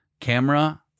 camera